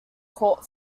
court